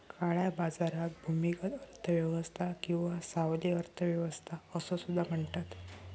काळ्या बाजाराक भूमिगत अर्थ व्यवस्था किंवा सावली अर्थ व्यवस्था असो सुद्धा म्हणतत